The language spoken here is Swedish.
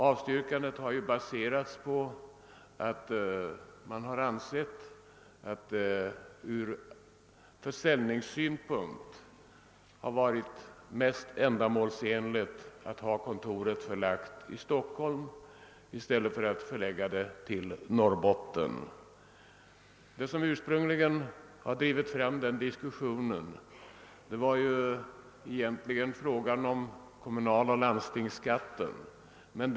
Avslaget har baserats på att man ansett att det ur försäljningssynpunkt varit mera ändamålsenligt att ha kontoret förlagt till Stockholm än till Norrbotten. Det som ursprungligen drev fram denna diskussion var egentligen frågan om kommunaloch landstingsskatten.